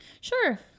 Sure